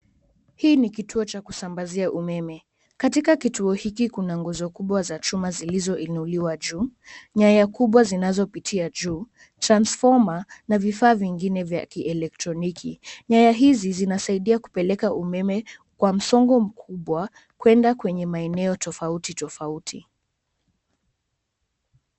Hii ni kituo ya kusambazia umeme. Katika kituo hiki, kuna nguzo kubwa za chuma zilizo inuliwa juu, nyaya kubwa zinazo pitia juu, transfoma na vifaa vingine vya kieletroniki. Nyaya hizi zinasaidia kupeleka umeme kwa msongo mkubwa kwenda kwenye maeneo tofauti tofauti.